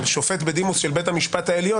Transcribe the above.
אבל שופט בדימוס של בית המשפט העליון,